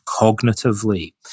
cognitively